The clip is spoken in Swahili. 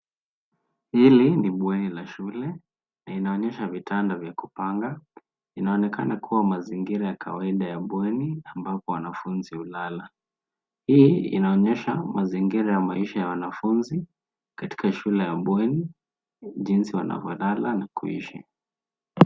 Hili ni bweni la shule, na inaonyesha vitanda vya kupanga. Inaonekana kuwa mazingira ya kawaida ya bweni ambapo wanafunzi hulala. Hii inaonyesha mazingira ya maisha ya wanafunzi katika shule ya mbweni, jinsi wanavyolala na kuishi.